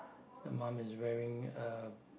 the mum is wearing a